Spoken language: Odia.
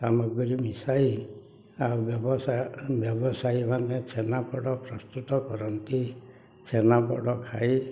ସାମଗ୍ରୀ ମିଶାଇ ଆଉ ବ୍ୟବସାୟ ବ୍ୟବସାୟୀମାନେ ଛେନା ପୋଡ଼ ପ୍ରସ୍ତୁତ କରନ୍ତି ଛେନା ପୋଡ଼ ଖାଇ